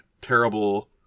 terrible